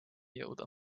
jõuda